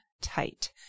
tight